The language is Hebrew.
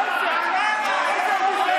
לך, לך, לך.